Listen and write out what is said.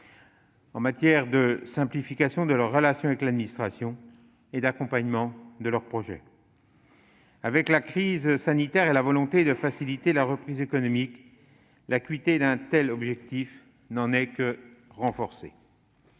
publique, de simplification de leurs relations avec l'administration et d'accompagnement de leurs projets. La crise sanitaire et la volonté de faciliter la reprise économique rendent ces objectifs plus cruciaux encore.